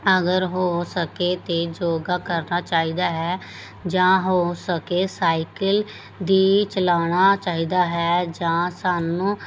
ਅਗਰ ਹੋ ਸਕੇ ਤਾਂ ਯੋਗਾ ਕਰਨਾ ਚਾਹੀਦਾ ਹੈ ਜਾਂ ਹੋ ਸਕੇ ਸਾਈਕਲ ਵੀ ਚਲਾਉਣਾ ਚਾਹੀਦਾ ਹੈ ਜਾਂ ਸਾਨੂੰ